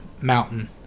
mountain